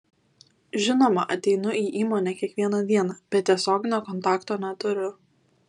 žinoma ateinu į įmonę kiekvieną dieną bet tiesioginio kontakto neturiu